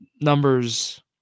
numbers